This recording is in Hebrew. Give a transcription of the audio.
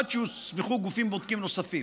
עד שיוסמכו גופים בודקים נוספים.